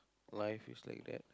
life is like that